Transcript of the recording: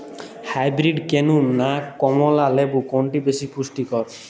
Hybrid কেনু না কমলা লেবু কোনটি বেশি পুষ্টিকর?